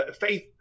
faith